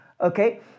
Okay